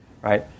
right